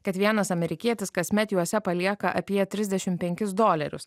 kad vienas amerikietis kasmet juose palieka apie trisdešim penkis dolerius